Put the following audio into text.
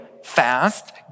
Fast